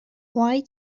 why